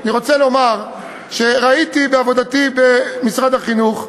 אני רוצה לומר שראיתי בעבודתי במשרד החינוך,